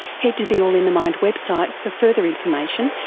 head to the all in the mind website for further information,